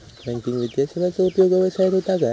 Banking वित्तीय सेवाचो उपयोग व्यवसायात होता काय?